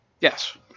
Yes